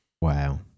wow